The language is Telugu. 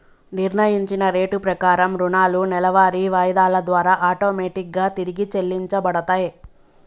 నిర్ణయించిన రేటు ప్రకారం రుణాలు నెలవారీ వాయిదాల ద్వారా ఆటోమేటిక్ గా తిరిగి చెల్లించబడతయ్